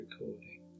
recording